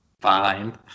Fine